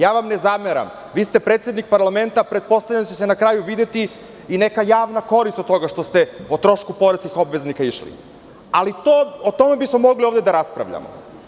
Ja vam ne zameram, vi ste predsednik parlamenta, pretpostavljam da će se na kraju videti i neka javna korist od toga što ste o trošku poreskih obveznika išli i o tome bismo mogli ovde da raspravljamo.